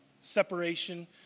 separation